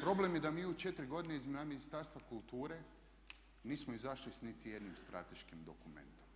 Problem je da mi u 4 godine iz Ministarstva kulture nismo izašli s niti jednim strateškim dokumentom,